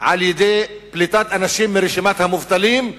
על-ידי פליטת אנשים מרשימת המובטלים,